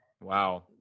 Wow